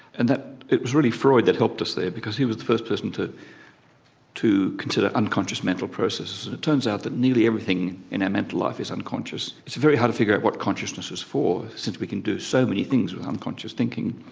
and it was really freud that helped us there because he was the first person to to consider unconscious mental processes. and it turns out that nearly everything in our mental life is unconscious it's very hard to figure out what consciousness is for since we can do so many things with unconscious thinking.